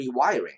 rewiring